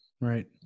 Right